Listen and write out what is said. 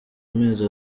amezi